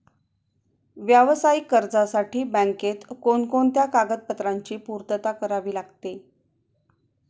व्यावसायिक कर्जासाठी बँकेत कोणकोणत्या कागदपत्रांची पूर्तता करावी लागते?